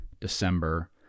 December